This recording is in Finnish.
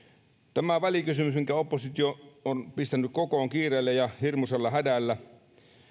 tämä välikysymys minkä oppositio on pistänyt kokoon kiireellä ja hirmuisella hädällä